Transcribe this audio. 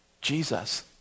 Jesus